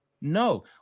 No